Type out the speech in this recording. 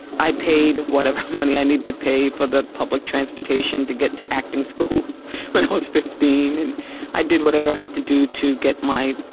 i paid whatever money i need to pay for the public transportation to get to acting school when i was fifteen and i did whatever i had to do to get my